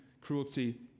cruelty